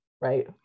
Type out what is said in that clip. right